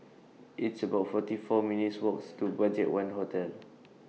It's about forty four minutes' Walks to BudgetOne Hotel